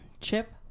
chip